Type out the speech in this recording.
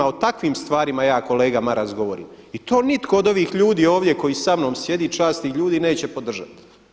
O takvim stvarima ja kolega Maras govorim i to nitko od ovih ljudi ovdje koji samnom sjedi časnih ljudi neće podržati.